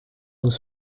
nous